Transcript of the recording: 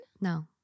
No